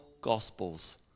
gospels